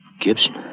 Gibson